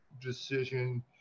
decision